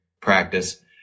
practice